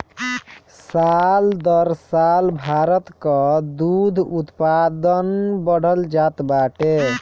साल दर साल भारत कअ दूध उत्पादन बढ़ल जात बाटे